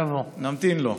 נמתין לו.